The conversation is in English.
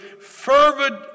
fervent